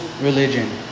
religion